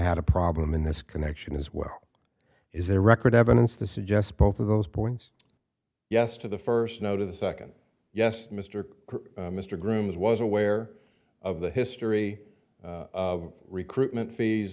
had a problem in this connection as well is their record evidence to suggest both of those points yes to the first no to the second yes mr mr grooms was aware of the history of recruitment fees